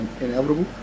inevitable